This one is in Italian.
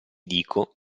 dico